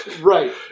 Right